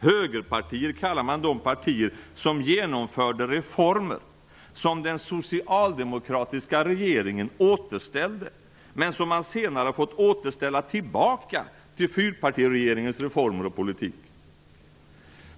Högerpartier kallar man de partier som genomförde reformer som den socialdemokratiska regeringen återställde, men som den senare har fått återställa igen till fyrpartiregeringens reformer och politik.